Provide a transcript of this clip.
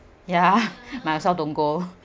ya might as well don't go